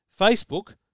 Facebook